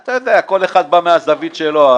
אתה יודע, כל אחד מהזווית שלו.